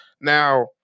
Now